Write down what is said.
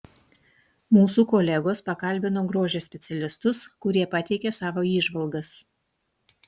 mūsų kolegos pakalbino grožio specialistus kurie pateikė savo įžvalgas